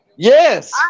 yes